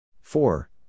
Four